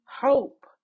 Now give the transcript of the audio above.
hope